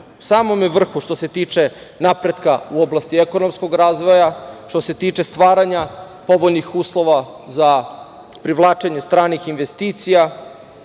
samome vrhu što se tiče napretka u oblasti ekonomskog razvoja, što se tiče stvaranja povoljnih uslova za privlačenje stranih investicija